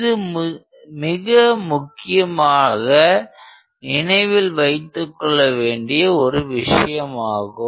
இது மிக முக்கியமான நினைவில் வைத்துக்கொள்ள வேண்டிய ஒரு விஷயமாகும்